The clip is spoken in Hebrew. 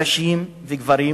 נשים וגברים,